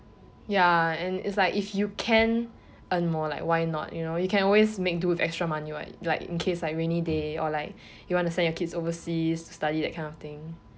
ya and it's like if you can earn more like why not you know you can always make do with extra money [what] like in case like rainy day or like you want to send your kids overseas to study that kind of thing